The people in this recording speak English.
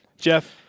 Jeff